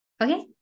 Okay